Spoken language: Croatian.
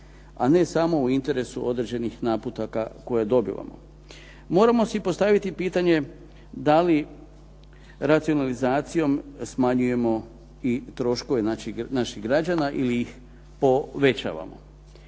a ne samo u interesu određenih naputaka koje je dobilo. Moramo si postaviti pitanje da li racionalizacijom smanjujemo i troškove naših građana ili ih povećavamo.